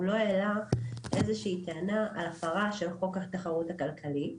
הוא לא העלה טענה על הפרה של חוק התחרות הכלכלית,